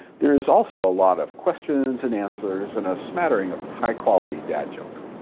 there's also a lot of questions and answers and a smattering of high-quality dad jokes.